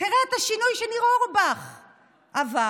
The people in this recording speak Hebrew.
תראה את השינוי שניר אורבך עבר,